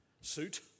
suit